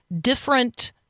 different